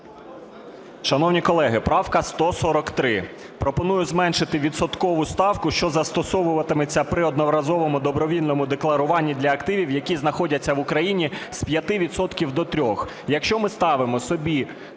Шановні колеги, правка 143. Пропоную зменшити відсоткову ставку, що застосовуватиметься при одноразовому добровільному декларуванні, для активів, які знаходяться в Україні, з 5